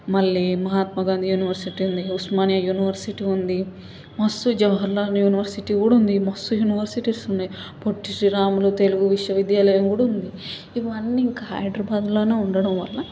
మళ్ళీ మహాత్మా గాంధీ యూనివర్సిటీ ఉంది ఉస్మానియా యూనివర్సిటీ ఉంది మస్తు జవహర్లాల్ నెహ్రూ యూనివర్సిటీ కూడా ఉంది మస్తు యూనివర్సిటీస్ ఉన్నాయి పొట్టి శ్రీరాములు తెలుగు విశ్వవిద్యాలయం కూడా ఉంది ఇవన్నీ ఒక హైదరాబాద్లోనే ఉండడం వలన